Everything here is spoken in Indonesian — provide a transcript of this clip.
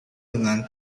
dengan